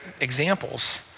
examples